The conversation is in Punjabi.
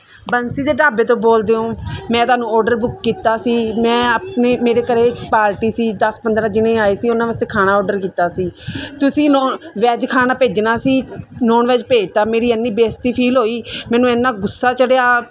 ਬੰਸੀ ਦੇ ਢਾਬੇ ਤੋਂ ਬੋਲਦੇ ਹੋ ਮੈਂ ਤੁਹਾਨੂੰ ਆਰਡਰ ਬੁੱਕ ਕੀਤਾ ਸੀ ਮੈਂ ਆਪਣੇ ਮੇਰੇ ਘਰੇ ਪਾਰਟੀ ਸੀ ਦਸ ਪੰਦਰਾਂ ਜਨੇ ਆਏ ਸੀ ਉਹਨਾਂ ਵਾਸਤੇ ਖਾਣਾ ਆਰਡਰ ਕੀਤਾ ਸੀ ਤੁਸੀਂ ਨੋ ਵੈੱਜ ਖਾਣਾ ਭੇਜਣਾ ਸੀ ਨੋਨ ਵੈੱਜ ਭੇਜ ਤਾ ਮੇਰੀ ਇਨੀ ਬੇਇਜ਼ਤੀ ਫੀਲ ਹੋਈ ਮੈਨੂੰ ਇਨਾ ਗੁੱਸਾ ਚੜਿਆ